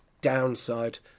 downside